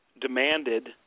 demanded